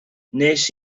nes